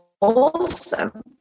awesome